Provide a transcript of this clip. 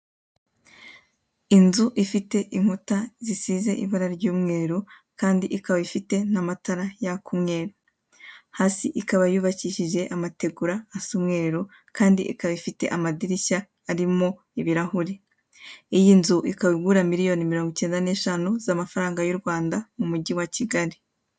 Inzu ifite inkuta zisize ibara ry'umweru kandi ikaba ifite n'amatara yaka umweru. Hasi ikaba yubakishije amategura asa umweru kandi ikaba ifite amadirishya arimo ibirahure. Iyi nzu ikaba igura miliyoni mirongo icyenda n'eshanu z'amafaranga y'u Rwanda mu mujyi wa Kigali.